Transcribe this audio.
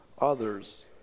others